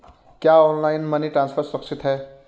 क्या online money transfer सुरक्षित है?